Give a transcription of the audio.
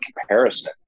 comparison